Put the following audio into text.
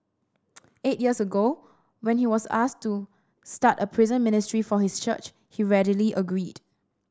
eight years ago when he was asked to start a prison ministry for his church he readily agreed